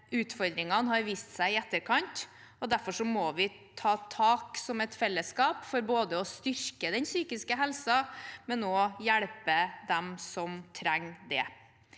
utfordringene har vist seg i etterkant, og derfor må vi som fellesskap ta tak for å både styrke den psykiske helsen og hjelpe dem som trenger det.